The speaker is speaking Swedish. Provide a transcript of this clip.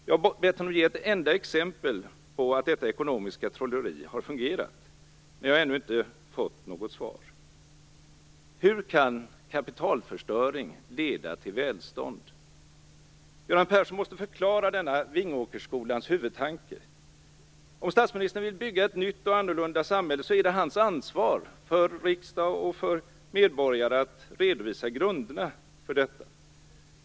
Jag har bett honom ge ett enda exempel på att detta ekonomiska trolleri har fungerat, men jag har ännu inte fått något svar. Hur kan kapitalförstöring leda till välstånd? Göran Persson måste förklara denna Vingåkersskolans huvudtanke. Om statsministern vill bygga ett nytt och annorlunda samhälle är det hans ansvar inför riksdag och medborgare att redovisa grunderna för detta.